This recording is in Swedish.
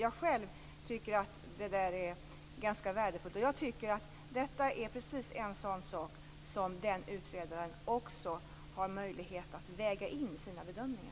Jag själv tycker att det är ganska värdefullt. Jag tycker också att detta är precis en sådan sak som utredaren också har möjlighet att väga in i sina bedömningar.